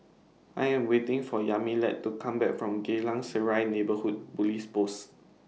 I Am waiting For Yamilet to Come Back from Geylang Serai Neighbourhood Police Post